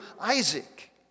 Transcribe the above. Isaac